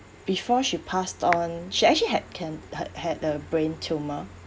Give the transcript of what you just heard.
before she passed on she actually had can~ had had a brain tumour